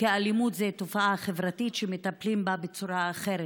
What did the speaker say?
כי אלימות זו תופעה חברתית שמטפלים בה בצורה אחרת.